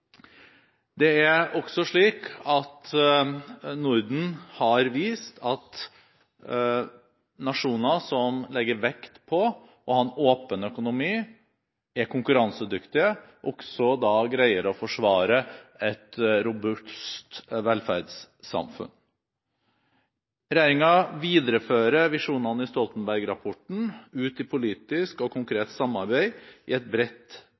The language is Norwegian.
Norden har vist at nasjoner som legger vekt på å ha en åpen økonomi og er konkurransedyktige, også greier å forsvare et robust velferdssamfunn. Regjeringen viderefører visjonene i Stoltenberg-rapporten ut i politisk og konkret samarbeid i et bredt,